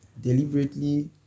deliberately